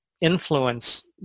influence